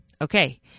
okay